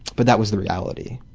but that was the reality.